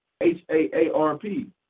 H-A-A-R-P